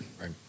right